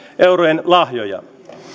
eurojen lahjoja